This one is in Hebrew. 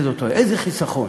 איזה חיסכון,